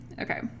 Okay